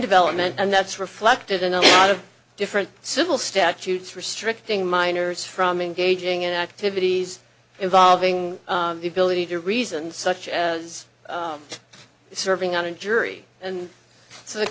development and that's reflected in a lot of different civil statutes restricting minors from engaging in activities involving the ability to reason such as serving on a jury and so the